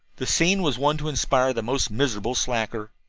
the scene was one to inspire the most miserable slacker.